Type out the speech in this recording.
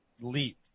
leap